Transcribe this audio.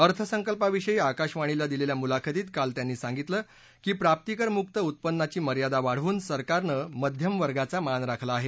अर्थसंकल्पाविषयी आकाशवाणीला दिलेल्या मुलाखतीत काल त्यांनी सांगितलं की प्राप्तीकर मुक्त उत्पन्नाची मर्यादा वाढवून सरकारनं मध्यमवर्गांचा मान राखला आहे